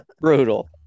Brutal